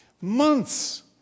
months